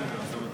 בסדר.